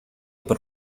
por